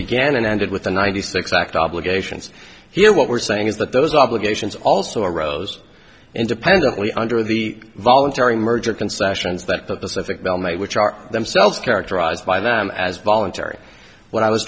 began and ended with the ninety six act obligations here what we're saying is that those obligations also arose independently under the voluntary merger concessions that the pacific bell made which are themselves characterized by them as voluntary when i was